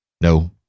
no